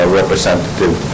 representative